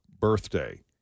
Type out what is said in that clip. birthday